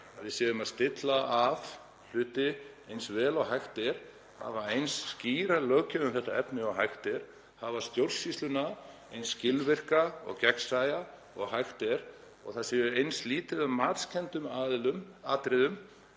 við séum að stilla af hluti eins vel og hægt er, hafa eins skýra löggjöf um þetta efni og hægt er, hafa stjórnsýsluna eins skilvirka og gegnsæja og hægt er og það sé eins lítið af matskenndum atriðum